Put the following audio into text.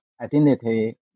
identity